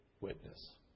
witness